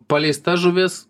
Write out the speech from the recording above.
paleista žuvis